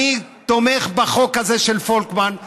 ואני תומך בחוק הזה של פולקמן.